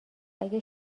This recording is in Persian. اگه